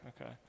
Okay